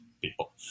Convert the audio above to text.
people